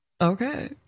Okay